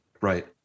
Right